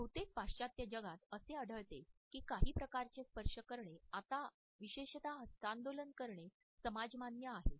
बहुतेक पाश्चात्य जगात असे आढळते की काही प्रकारचे स्पर्श करणे आता विशेषतः हस्तांदोलन करणे समाजमान्य आहे